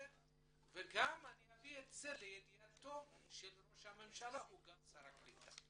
וגם אביא את זה לידיעתו של ראש הממשלה שהוא שר הקליטה.